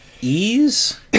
Ease